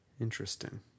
Interesting